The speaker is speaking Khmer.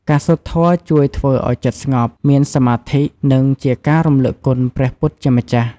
ការសូត្រធម៌ជួយធ្វើឲ្យចិត្តស្ងប់ មានសមាធិ និងជាការរំលឹកគុណព្រះពុទ្ធជាម្ចាស់។